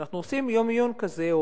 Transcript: אנחנו עושים יום עיון כזה,